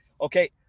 Okay